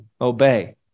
obey